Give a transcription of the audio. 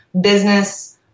business